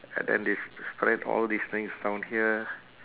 and then they sp~ spread all these things down here